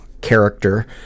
character